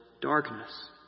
darkness